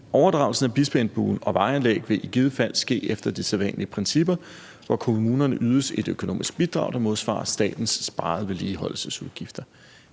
Overdragelsen af Bispeengbuen og vejanlæg vil i givet fald ske efter de sædvanlige principper, hvor kommunerne ydes et økonomisk bidrag, der modsvarer statens sparede vedligeholdelsesudgifter.